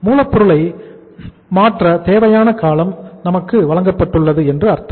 மூலப் பொருளை மாற்ற தேவையான காலம் நமக்கு வழங்கப்பட்டுள்ளது என்று அர்த்தம்